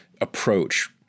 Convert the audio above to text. approach